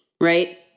Right